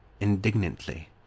indignantly